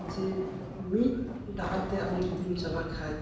ᱡᱮ ᱢᱤᱫ ᱰᱟᱦᱟᱨᱛᱮ ᱟᱢ ᱡᱩᱫᱤᱢ ᱪᱟᱞᱟᱜ ᱠᱷᱟᱱ